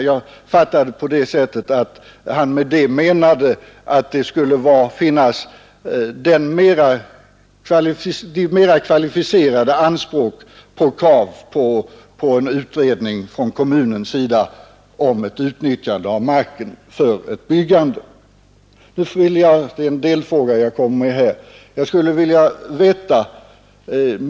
Jag fattade detta på det sättet att han menade att det skulle finnas mera kvalificerade krav på en utredning från kommunens sida om utnyttjande av marken för ett byggande. Och här kommer jag med en delfråga.